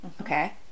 Okay